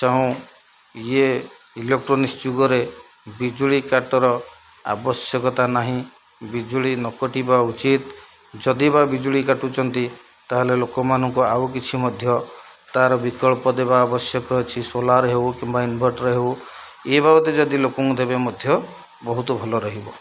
ଇଏ ଇଲେକ୍ଟ୍ରୋନିକ୍ସ୍ ଯୁଗରେ ବିଜୁଳି କାଟର ଆବଶ୍ୟକତା ନାହିଁ ବିଜୁଳି ନ କଟିବା ଉଚିତ୍ ଯଦି ବା ବିଜୁଳି କାଟୁଛିନ୍ତି ତା'ହେଲେ ଲୋକମାନଙ୍କୁ ଆଉ କିଛି ମଧ୍ୟ ତା'ର ବିକଳ୍ପ ଦେବା ଆବଶ୍ୟକ ଅଛି ସୋଲାର ହେଉ କିମ୍ବା ଇନଭର୍ଟର ହେଉ ଏ ବାବଦ ଯଦି ଲୋକଙ୍କୁ ଦେବେ ମଧ୍ୟ ବହୁତ ଭଲ ରହିବ